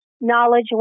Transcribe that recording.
knowledge